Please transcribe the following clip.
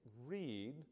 read